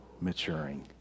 maturing